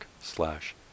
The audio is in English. slash